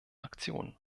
aktionen